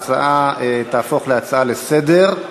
ההצעה תהפוך להצעה לסדר-היום.